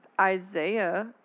Isaiah